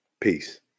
Peace